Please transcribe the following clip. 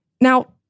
Now